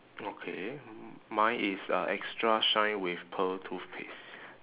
okay mine is uh extra shine with pearl toothpaste